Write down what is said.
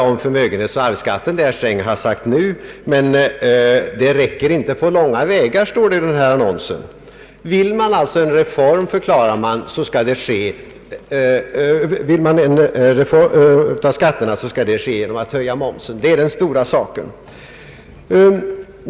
Om förmögenhetsoch arvsskatten sägs det herr Sträng nu har anfört, men det räcker inte på långa vägar, står det i annonsen. Vill man reformera skatterna, förklarar man, så skall det ske genom att höja momsen. Det är den stora saken.